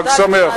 חג שמח.